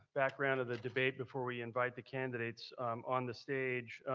background of the debate, before we invite the candidates on the stage.